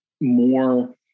more